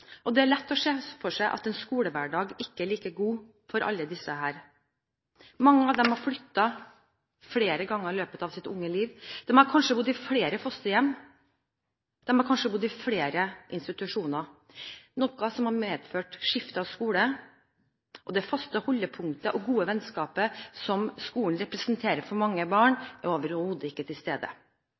motivert. Det er lett å se for seg at en skolehverdag ikke er like god for alle disse. Mange av dem har flyttet flere ganger i løpet av sitt unge liv, de har kanskje bodd i flere fosterhjem, de har kanskje bodd i flere institusjoner, noe som har medført skifte av skole. Det faste holdepunktet og gode vennskapet som skolen representerer for mange barn, er overhodet ikke til stede.